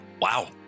wow